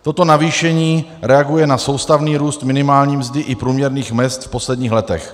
Toto navýšení reaguje na soustavný růst minimální mzdy i průměrných mezd v posledních letech.